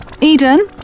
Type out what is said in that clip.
Eden